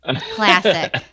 classic